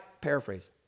paraphrase